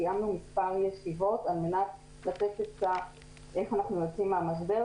סיימנו מספר ישיבות על מנת לייעץ איך אנחנו יוצאים מהמשבר,